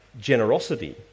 generosity